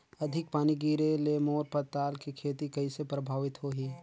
अधिक पानी गिरे ले मोर पताल के खेती कइसे प्रभावित होही?